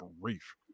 grief